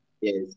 Yes